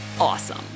awesome